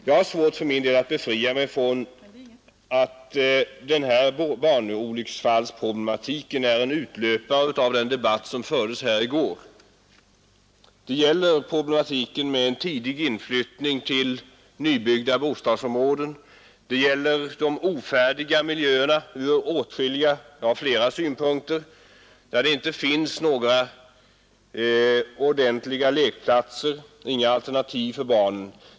Jag har för min del svårt att befria mig från tanken att denna barnolycksfallsproblematik är en utlöpare av det frågekomplex som debatterades här i går. Det gäller problematiken med en tidig inflyttning till nybyggda bostadsområden, det gäller de ur åtskilliga synpunkter ofärdiga miljöerna, där det inte finns några ordentliga lekplatser eller alternativa möjligheter för barnen.